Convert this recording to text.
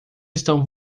estão